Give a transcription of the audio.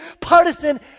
partisan